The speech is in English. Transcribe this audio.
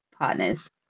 Partners